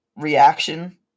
reaction